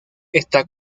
está